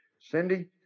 Cindy